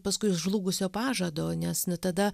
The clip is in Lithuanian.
paskui žlugusio pažado nes nu tada